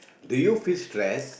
do you feel stress